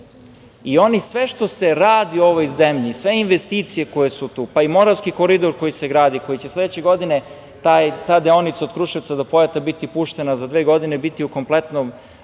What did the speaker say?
Oni sve što se radi u ovoj zemlji, sve investicije koje su tu, pa i Moravski koridor koji se gradi, koji će sledeće godine ta deonica od Kruševca do Pojata biti puštena, za dve godine biti u kompletnoj